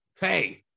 Hey